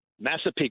Massapequa